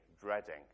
dreading